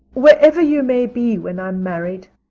wherever you may be when i'm married.